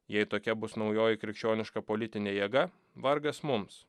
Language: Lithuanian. jei tokia bus naujoji krikščioniška politinė jėga vargas mums